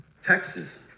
Texas